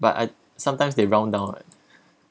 but I sometimes they round down right